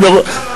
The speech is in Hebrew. למשטרה,